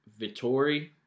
Vittori